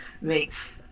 makes